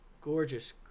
Gorgeous